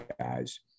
guys